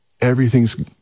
everything's